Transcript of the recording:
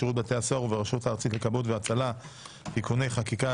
בשירות בתי הסוהר וברשות הארצית לכבאות והצלה (תיקוני חקיקה),